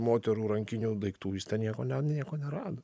moterų rankinių daiktų jis ten nieko ne nieko nerado